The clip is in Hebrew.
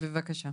בבקשה.